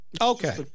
Okay